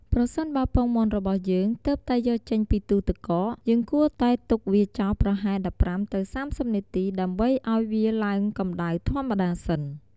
ប្រសិនបើពងមាន់របស់យើងទើបតែយកចេញពីទូទឹកកក យើងគួរតែទុកវាចោលប្រហែល ១៥ ទៅ ៣០នាទី ដើម្បីឱ្យវាឡើងកម្តៅធម្មតាសិន។